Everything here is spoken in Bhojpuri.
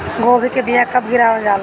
गोभी के बीया कब गिरावल जाला?